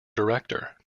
director